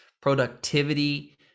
Productivity